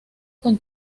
con